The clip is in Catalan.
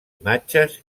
imatges